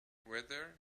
weather